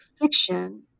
fiction